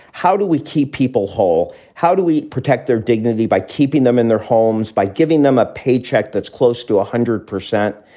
how do we keep people whole? how do we protect their dignity by keeping them in their homes, by giving them a paycheck that's close to one hundred percent.